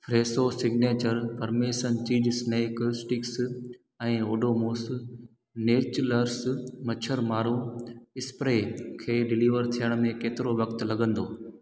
Fresho signature parmesan cheese snack sticks ऐं Odomos naturals मच्छरमारो spray खे डिलीवर थियण में केतिरो वक़्तु लॻंदो